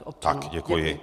Tak, děkuji.